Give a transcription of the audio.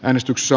esitystä